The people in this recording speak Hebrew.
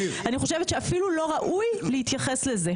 אני חושבת שאפילו לא ראוי להתייחס לזה.